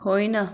होइन